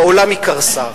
בעולם היא קרסה.